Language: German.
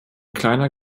kleiner